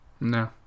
No